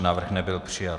Návrh nebyl přijat.